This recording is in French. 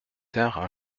tinrent